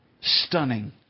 stunning